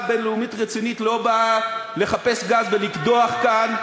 בין-לאומית רצינית לא באה לחפש גז ולקדוח כאן.